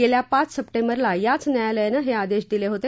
गेल्या पाच सप्टेंबरला याच न्यायालयानं हे आदेश दिले होते